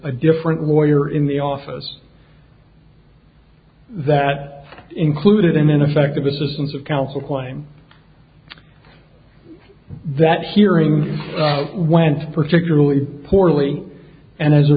a different lawyer in the office that included an ineffective assistance of counsel claim that hearing out went particularly poorly and as a